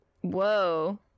whoa